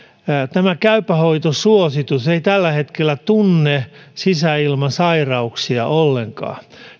käypä hoito suositus ei tällä hetkellä tunne sisäilmasairauksia ollenkaan